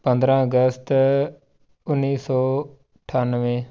ਪੰਦਰਾਂ ਅਗਸਤ ਉੱਨੀ ਸੌ ਅਠੱਨਵੇ